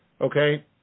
Okay